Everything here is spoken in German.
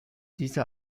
diese